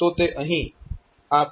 તો તે અહીં આ P3